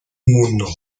uno